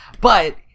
But-